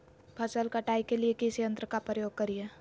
फसल कटाई के लिए किस यंत्र का प्रयोग करिये?